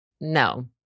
No